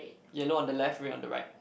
yellow on the left red on the right